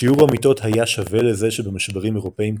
שיעור המיתות היה שווה לזה שבמשברים אירופיים קודמים,